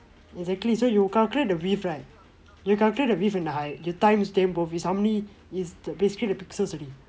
exactly so you calculate the width right you calculate the width and the height you times them both is how many is basically the pixels already